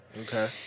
Okay